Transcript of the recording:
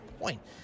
point